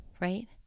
right